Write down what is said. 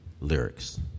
lyrics